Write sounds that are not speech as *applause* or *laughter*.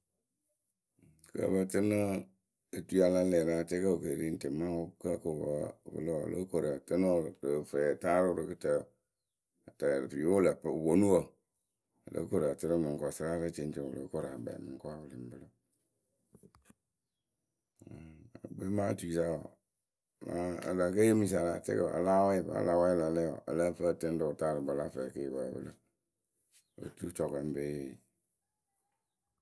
Kɨ ǝ pǝ tɨnɨ otuyǝ a la lɛɛ rɨ atɛɛkǝ wɨ ke ri ŋtɩma o kǝ́ ko wǝǝ wǝ lǝ o lóo koru ǝtɨnɨ wɨ rɨ fɛɛtaarɨwǝ rɨ kɨtǝǝwǝ. *unintelligible* O lóo koru ǝtɨnɨ mɨŋ kɔsɩrayǝ rɛ ceŋceŋ wɨ lóo koru akpɛɛ mɨŋkɔɔwe wɨ lɨŋ pɨlɨ. *hesitation* ekpemaatuyǝ wsa wǝǝ mɨŋ e le ke yee mɨ sa rɨ atɛɛkǝ a láa wɛɛ yɨ vǝ́ a la wɛɛ a la lɛɛ wǝ ǝ lǝ́ǝ fɨ ǝ tɨnɨ rǝ wɨtaarɨkpǝ la fɛɛwǝ kɨ yɨ pǝǝ pɨlɨ, oturu cɔkɔŋyǝ ŋ pee ye yɨ. *noise*